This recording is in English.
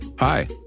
Hi